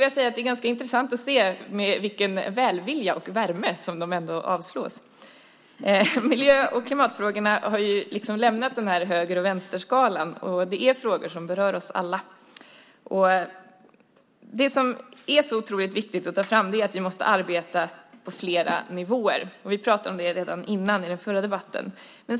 Dock är det ganska intressant att se med vilken välvilja och värme de avstyrks. Miljö och klimatfrågorna har nu lämnat höger-vänster-skalan. Detta är frågor som berör oss alla. Det viktiga att ta fram är att vi måste arbeta på flera nivåer, vilket vi pratade om redan i den förra debatten.